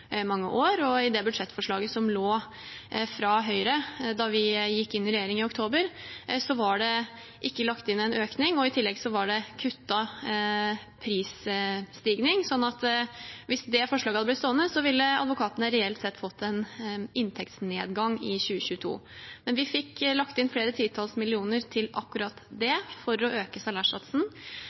i mange år. I budsjettforslaget som lå fra Høyre da vi gikk inn i regjering i oktober, var det ikke lagt inn en økning, og i tillegg var det kuttet prisstigning, så hvis det forslaget hadde blitt stående, ville advokatene reelt sett fått en inntektsnedgang i 2022. Men vi fikk lagt inn flere titalls millioner til akkurat det for å øke salærsatsen.